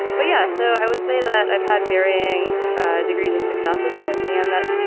but yeah. so i would say that i've had varying degrees of success with it. and that,